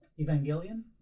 Evangelion